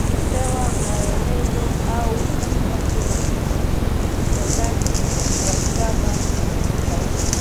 kupewa maelezo au kama kuna utendaji wa drama tofauti.